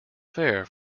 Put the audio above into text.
fair